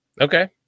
Okay